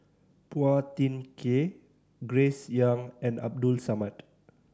Phua Thin Kiay Grace Young and Abdul Samad